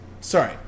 Sorry